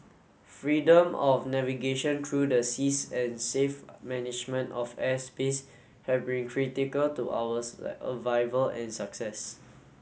freedom of navigation through the seas and safe management of airspace have been critical to our survival and success